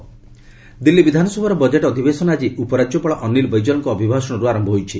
Delhi assembly Delhi ବିଧାନସଭାର budget ଅଧିବେଶନ ଆଜି ଉପରାଜ୍ୟପାଳ ଅନିଲ୍ ବୈଜଲ୍ଙ୍କ ଅଭିଭାଷଣରୁ ଆରମ୍ଭ ହୋଇଛି